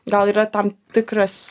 gal yra tam tikras